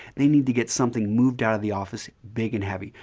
they need to get something moved out of the office, big and heavy.